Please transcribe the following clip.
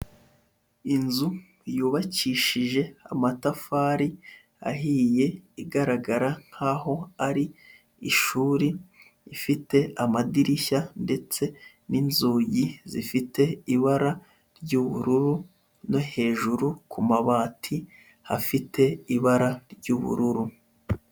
Inzu yubakishije amatafari ahiye igaragara nk'aho ari ishuri, ifite amadirishya ndetse n'inzugi zifite ibara ry'ubururu no hejuru ku mabati hafite ibara ry'ubururu.